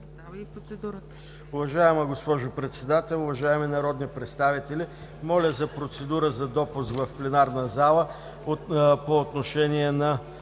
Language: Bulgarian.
Уважаема госпожо Председател, уважаеми народни представители! Моля за процедура за допуск в пленарната зала по отношение на